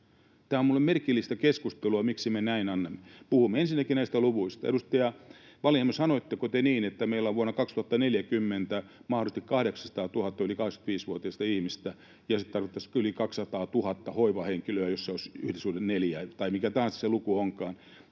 Tämä on minulle merkillistä keskustelua, miksi me näin puhumme. Ensinnäkin näistä luvuista. Edustaja Wallinheimo, sanoitteko te niin, että meillä on vuonna 2040 mahdollisesti 800 000 yli 85-vuotiasta ihmistä? [Sinuhe Wallinheimo: Kyllä!] Se tietysti tarkoittaisi yli 200 000:ta hoivahenkilöä, jos se olisi yhden suhde neljään, tai mikä se luku taas